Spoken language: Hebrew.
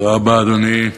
תודה רבה, אדוני.